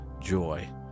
joy